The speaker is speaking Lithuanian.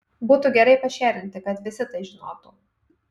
būtų gerai pašėrinti kad visi tai žinotų